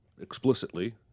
explicitly